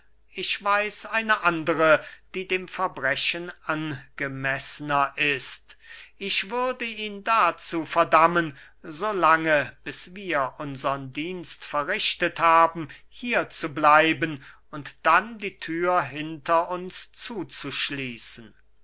ich weiß eine andere die dem verbrechen angemeßner ist ich würde ihn dazu verdammen so lange bis wir unsern dienst verrichtet haben hier zu bleiben und dann die thür hinter uns zuzuschließen